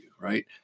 Right